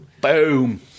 Boom